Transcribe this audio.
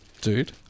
dude